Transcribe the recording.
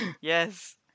Yes